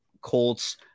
Colts